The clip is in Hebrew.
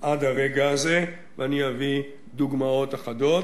עד הרגע הזה, ואני אביא דוגמאות אחדות.